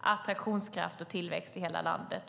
attraktionskraft och tillväxt i hela landet.